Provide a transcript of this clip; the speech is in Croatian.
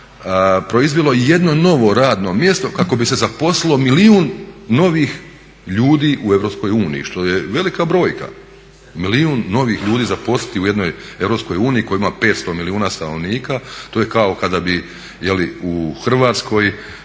proizvelo jedno novo radno mjesto kako bi se zaposlilo milijun novih ljudi u EU što je velika brojka, milijun novih ljudi zaposliti u jednoj EU koja ima 500 milijuna stanovnika to je kao kada bi u Hrvatskoj